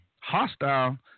hostile